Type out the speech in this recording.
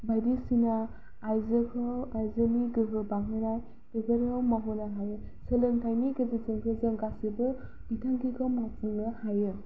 बायदिसिना आइजोखौ आइजोनि गोहो बांहोनाय बेफोराव मावहोनो हायो सोलोंथाइनि गेजेरजोंसो गासैबो बिथांखिखौ मावफुंनो हायो